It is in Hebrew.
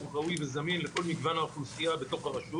ראוי וזמין לכל מגוון האוכלוסיה בתוך הרשות